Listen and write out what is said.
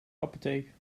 apotheek